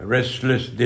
Restless